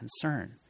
concern